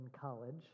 college